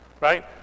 Right